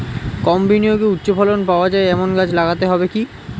কম বিনিয়োগে উচ্চ ফলন পাওয়া যায় এমন গাছ লাগাতে হবে কি?